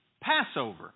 Passover